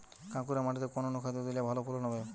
কাঁকুরে মাটিতে কোন অনুখাদ্য দিলে ভালো ফলন হবে?